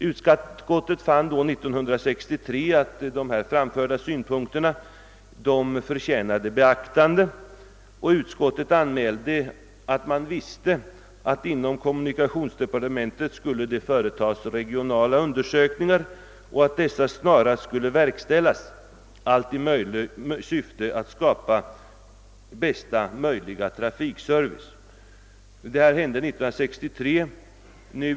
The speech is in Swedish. Utskottet fann de framförda synpunkterna förtjäna beaktande och meddelade att man visste att regionala undersökningar snarast skulle företas inom kommunikationsdepartementet, allt i syfte att skapa bästa möjliga trafikservice. Detta hände som sagt 1963.